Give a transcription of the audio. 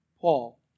Paul